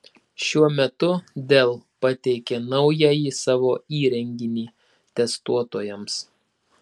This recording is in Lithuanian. šiuo metu dell pateikė naująjį savo įrenginį testuotojams